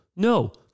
No